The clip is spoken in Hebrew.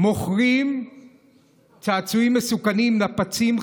מוכרים צעצועים מסוכנים: נפצים,